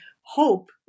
hope